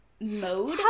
mode